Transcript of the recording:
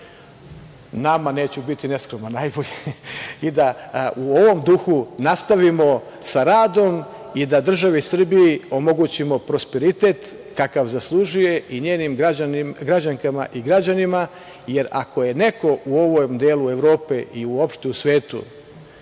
nama, neću biti neskroman, najbolje i da u ovom duhu nastavimo sa radom i da državi Srbiji omogućimo prosperitet kakav zaslužuje i njenim građankama i građanima, jer ako je neko u ovom delu Evrope i uopšte u svetu